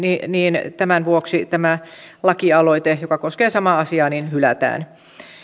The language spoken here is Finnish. niin tämän vuoksi tämä lakialoite joka koskee samaa asiaa hylätään